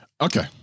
Okay